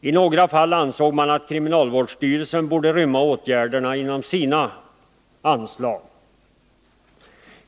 I några fall ansåg man att åtgärderna borde rymmas inom kriminalvårdsstyrelsens anslag.